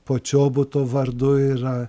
počiobuto vardu yra